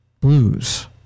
blues